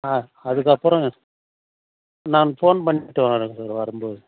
ஆ அதுக்கு அப்புறோ நான் ஃபோன் பண்ணிவிட்டு வரன் சார் வரும்போது